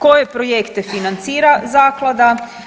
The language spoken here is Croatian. Koje projekte financira Zaklada?